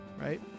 right